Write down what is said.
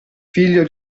figlio